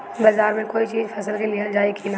बाजार से कोई चीज फसल के लिहल जाई किना?